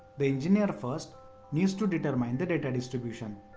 the engineer first needs to determine the data distribution.